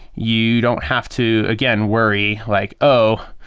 you don't have to, again, worry like, oh!